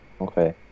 Okay